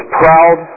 proud